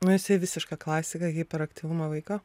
nu jisai visiška klasika hiperaktyvumo vaiko